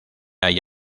hay